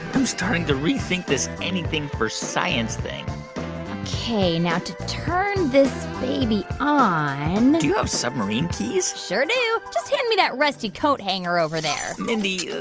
i'm starting to rethink this anything-for-science thing ok, now to turn this baby on. do you have submarine keys? sure do, just hand me that rusty coat hanger over there mindy,